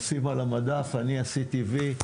לשים על המדף ולהגיד: אני עשיתי וי,